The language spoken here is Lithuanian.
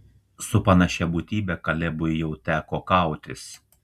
su panašia būtybe kalebui jau teko kautis